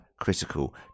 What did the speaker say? critical